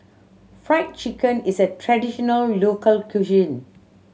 Fried Chicken is a traditional local cuisine